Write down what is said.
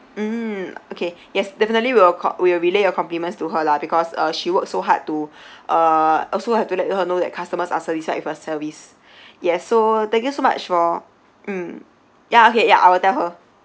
mm okay yes definitely we'll call we'll relay your compliments to her lah cause uh she worked so hard to uh also have to let her know that customers are satisfied with her service yes so thank you so much for mm yeah okay yeah I'll tell her